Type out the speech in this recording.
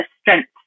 strength